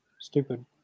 Stupid